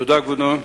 תודה, כבודו.